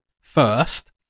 first